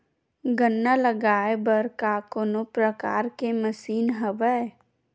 गन्ना लगाये बर का कोनो प्रकार के मशीन हवय?